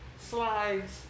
slides